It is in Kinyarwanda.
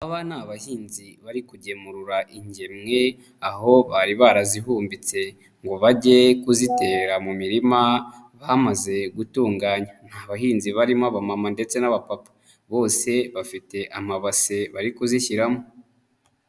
Aba ni abahinzi bari kugemurura ingemwe aho bari barazihumbitse ngo bage kuzitera mu mirima bamaze gutunganya. Ni abahinzi barimo abamama ndetse n'abapapa. Bose bafite amabase bari kuzishyiramo.